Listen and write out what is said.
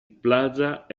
plaza